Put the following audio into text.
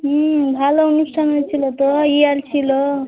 হুম ভালো অনুষ্ঠান হয়েছিলো তো ইয়াল ছিলো